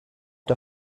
der